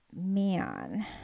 man